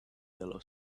yellow